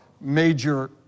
major